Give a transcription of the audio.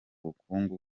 bukungu